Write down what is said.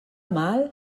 mal